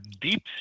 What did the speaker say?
deep